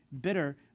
bitter